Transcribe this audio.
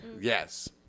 Yes